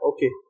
Okay